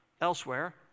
elsewhere